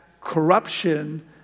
corruption